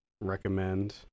recommend